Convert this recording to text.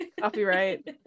Copyright